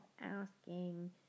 asking